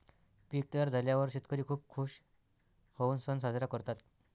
पीक तयार झाल्यावर शेतकरी खूप खूश होऊन सण साजरा करतात